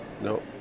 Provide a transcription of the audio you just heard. no